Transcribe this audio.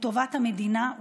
לטובת המדינה,